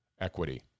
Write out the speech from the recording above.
equity